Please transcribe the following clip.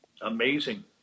Amazing